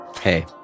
hey